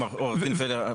מכניסים אותו לחדר.